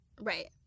right